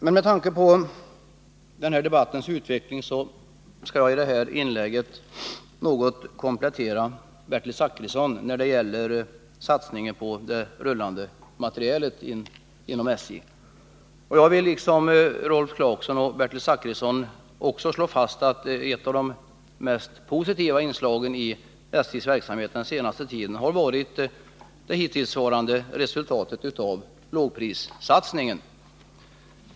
Med tanke på den här debattens utveckling skall jag i det här inlägget något komplettera Bertil Zachrisson när det gäller satsningen på SJ:s rullande materiel. Jag vill liksom Rolf Clarkson och Bertil Zachrisson också slå fast att Nr 139 ett av de mest positiva inslagen i SJ:s verksamhet den senaste tiden har varit resultatet av lågprissatsningen.